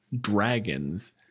dragons